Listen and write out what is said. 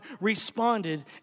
responded